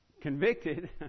convicted